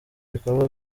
bikorwa